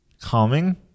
calming